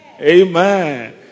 amen